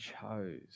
chose